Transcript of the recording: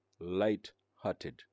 light-hearted